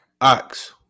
Ox